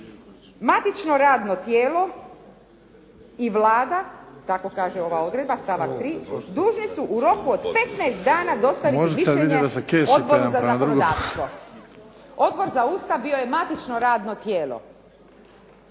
matično radno tijelo i Vlada, tako kaže ova odredba, stavak 3. dužni su u roku od 15 dana dostaviti mišljenje Odboru za zakonodavstvo. Odbor za Ustav bio je matično radno tijelo.